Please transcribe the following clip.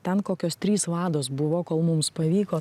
ten kokios trys vados buvo kol mums pavyko